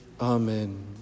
Amen